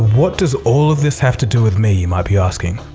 what does all of this have to do with me? you might be asking.